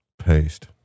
paste